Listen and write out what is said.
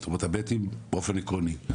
זאת אומרת הב' באופן עקרוני,